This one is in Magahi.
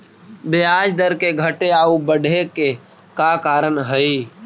ब्याज दर के घटे आउ बढ़े के का कारण हई?